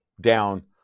down